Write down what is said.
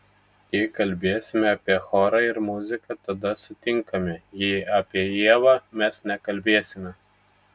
jei kalbėsime apie chorą ir muziką tada sutinkame jei apie ievą mes nekalbėsime